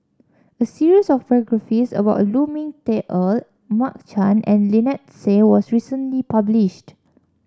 a series of biographies about Lu Ming Teh Earl Mark Chan and Lynnette Seah was recently published